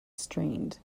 strained